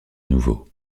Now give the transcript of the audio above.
nouveau